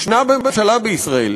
יש ממשלה בישראל,